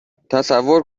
تصور